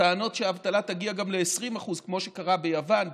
טענות שהאבטלה תגיע גם ל-20% כמו שקרה ביוון,